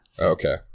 Okay